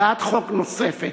הצעת חוק נוספת,